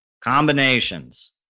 combinations